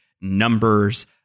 numbers